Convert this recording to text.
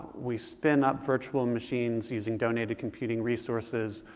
we spin up virtual machines using donated computing resources.